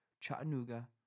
Chattanooga